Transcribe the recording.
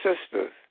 sisters